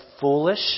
foolish